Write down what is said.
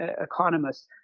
economists